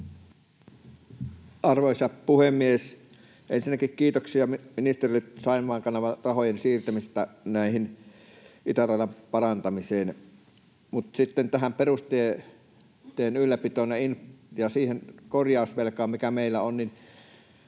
Arvoisa puhemies! Ensinnäkin kiitoksia ministerille Saimaan kanavan rahojen siirtämisestä itäradan parantamiseen. Mutta sitten tähän perusteiden ylläpitoon ja siihen korjausvelkaan, mikä meillä on,